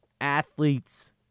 athletes